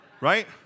Right